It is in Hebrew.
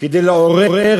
כדי לעורר